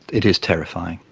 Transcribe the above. it is terrifying,